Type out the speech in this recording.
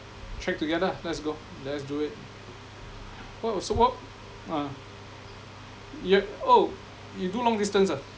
trek together ah let's go let's do it what was so what ah you oh you do long distance ah